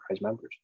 members